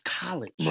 college